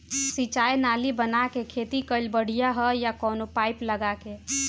सिंचाई नाली बना के खेती कईल बढ़िया ह या कवनो पाइप लगा के?